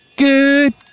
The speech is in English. Good